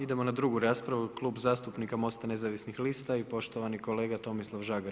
Idemo na drugu raspravu, Klub zastupnika Mosta nezavisnih lista i poštovani kolega Tomislav Žagar.